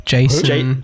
Jason